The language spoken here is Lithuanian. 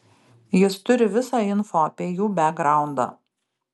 jis turi visą info apie jų bekgraundą